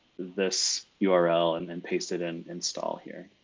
this yeah url and then paste it in install here.